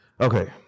Okay